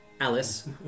Alice